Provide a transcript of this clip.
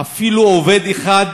אין אפילו עובד אחד,